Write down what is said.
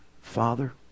Father